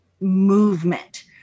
movement